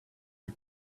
you